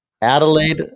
Adelaide